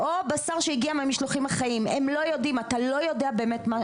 ד"ר גראזי גם דיבר על זה שלא כל המחלות מגיעות מיבוא.